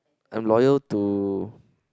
I'm loyal to